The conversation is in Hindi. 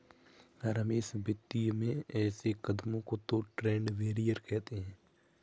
रमेश वित्तीय में ऐसे कदमों को तो ट्रेड बैरियर कहते हैं